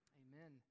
amen